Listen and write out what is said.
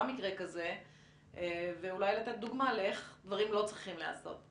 מקרה כזה ואולי לתת דוגמא לאיך דברים לא צריכים להיעשות?